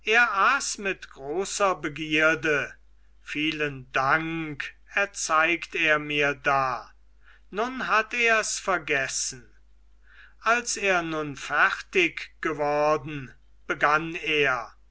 mit großer begierde vielen dank erzeigt er mir da nun hat ers vergessen als er nun fertig geworden begann er